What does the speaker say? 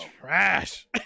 trash